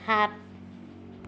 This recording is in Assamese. সাত